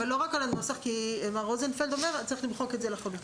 אבל לא רק על הנוסח כי מר רוזנפלד אומר שצריך למחוק את זה לחלוטין.